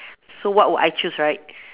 so what will I choose right